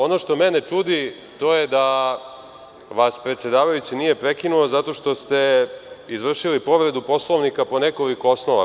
Ono što mene čudi to je da vas predsedavajući nije prekinuo zato što ste izvršili povredu Poslovnika po nekoliko osnova.